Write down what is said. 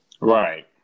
Right